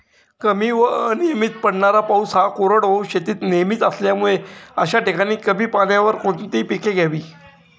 कमी व अनियमित पडणारा पाऊस हा कोरडवाहू शेतीत नेहमीचा असल्यामुळे अशा ठिकाणी कमी पाण्यावर कोणती पिके घ्यावी?